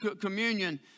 communion